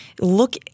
look